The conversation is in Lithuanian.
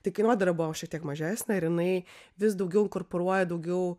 tai kainodara buvo šiek tiek mažesnė ir jinai vis daugiau inkorporuoja daugiau